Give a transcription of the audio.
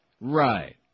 Right